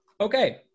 Okay